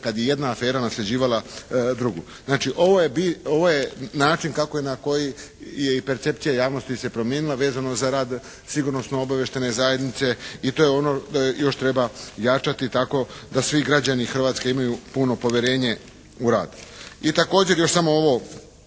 kad je jedna afera nasljeđivala drugu. Znači ovo je način kako i na koji je i percepcija javnosti se promijenila vezano za rad sigurnosno-obavještajne zajednice i to je ono još treba jačati tako da svi građani Hrvatske imaju puno povjerenje u rad. I također još samo ovo